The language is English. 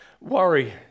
worry